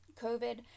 COVID